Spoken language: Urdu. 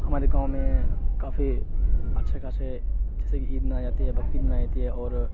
ہمارے گاؤں میں کافی اچھے خاصے جیسے کہ عید منائی جاتی ہے بقرید منائی جاتی ہے اور